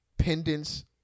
Pendants